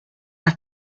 are